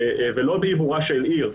ולא בעיבורה של עיר,